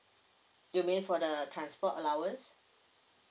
you mean for the transport allowance